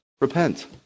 Repent